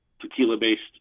tequila-based